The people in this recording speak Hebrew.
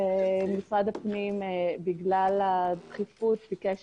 משרד הפנים בגלל הדחיפות ביקש